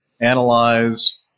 analyze